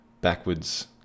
backwards